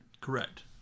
Correct